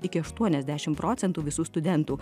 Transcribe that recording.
iki aštuoniasdešim procentų visų studentų